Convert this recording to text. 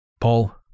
Paul